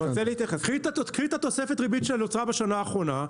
קחי את התוספת ריבית שנוצרה בשנה האחרונה.